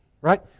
Right